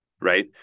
Right